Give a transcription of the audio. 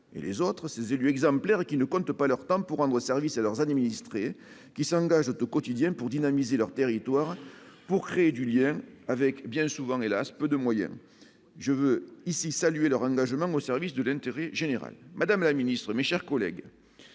et les autres, ces élus exemplaire qui ne comptent pas leur temps pour rendre service à leurs administrés qui s'engage au quotidien pour dynamiser leur territoire pour créer du lien avec bien souvent hélas peu de moyens, je veux ici saluer leur engagement au service de l'intérêt général, madame la ministre mais, chers collègues,